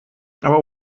aber